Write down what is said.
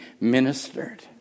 ministered